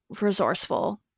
resourceful